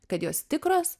kad jos tikros